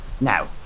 Now